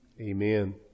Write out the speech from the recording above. amen